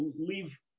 leave